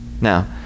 Now